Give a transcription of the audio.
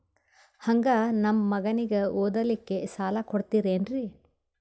ಹಂಗ ನಮ್ಮ ಮಗನಿಗೆ ಓದಲಿಕ್ಕೆ ಸಾಲ ಕೊಡ್ತಿರೇನ್ರಿ?